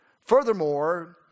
Furthermore